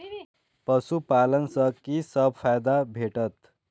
पशु पालन सँ कि सब फायदा भेटत?